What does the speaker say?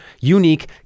unique